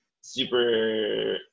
super